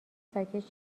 ساکت